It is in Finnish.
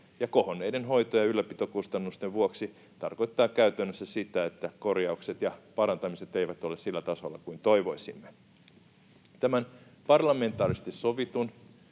kohonneiden hoito‑ ja ylläpitokustannusten vuoksi se tarkoittaa käytännössä sitä, että korjaukset ja parantamiset eivät ole sillä tasolla kuin toivoisimme. Tämä on parlamentaarisesti sovittu,